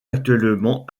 actuellement